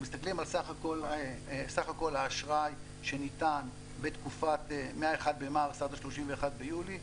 אנחנו מסתכלים על סך הכול האשראי שניתן מה-1 במרץ עד ה-31 ביולי.